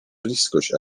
bliskość